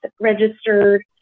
registered